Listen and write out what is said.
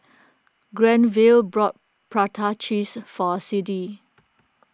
Granville bought Prata Cheese for Siddie